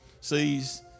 sees